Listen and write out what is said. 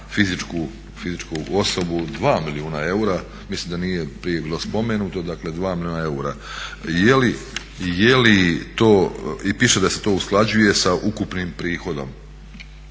fizičku osobu 2 milijuna eura. Mislim da nije prije bilo spomenuto, dakle 2 milijuna eura. Je li to, i piše da se to usklađuje sa ukupnim prihodom,